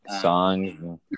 songs